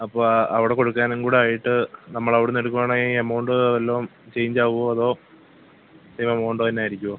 അപ്പോൾ ആ അവിടെ കൊടുക്കാനും കൂടായിട്ട് നമ്മളവിടുന്നെടുക്കുകയാണേ ഈ എമൗണ്ട് വെല്ലോം ചേഞ്ചാകുമോ അതോ സെയിം എമൗണ്ട് തന്നായിരിക്കുമോ